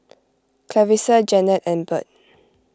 Clarisa Janet and Burt